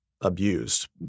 abused